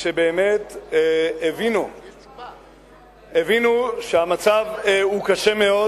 שבאמת הבינו שהמצב קשה מאוד.